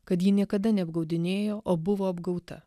kad ji niekada neapgaudinėjo o buvo apgauta